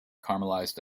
caramelized